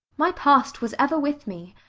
my past was ever with me.